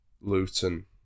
Luton